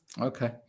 Okay